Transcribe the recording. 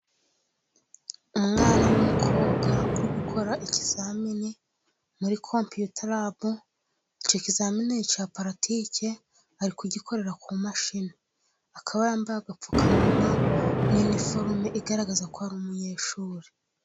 Umwana w'umukobwa，uri gukora ikizamini muri kompiyuta rabu，icyo kizamini cya puratike ari kugikorera ku mashini，akaba yambaye agapfukamunwa n'iniforume， igaragaza ko ari umunyeshuri.